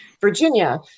Virginia